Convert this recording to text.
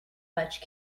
much